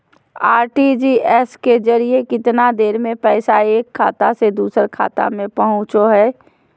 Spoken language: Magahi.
आर.टी.जी.एस के जरिए कितना देर में पैसा एक खाता से दुसर खाता में पहुचो है?